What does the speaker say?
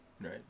right